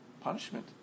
punishment